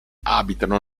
abitano